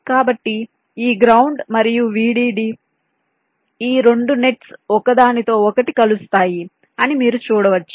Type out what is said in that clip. కాబట్టి ఈ గ్రౌండ్ మరియు VDD ఈ 2 నెట్స్ ఒకదానితో ఒకటి కలుస్తాయి అని మీరు చూడవచ్చు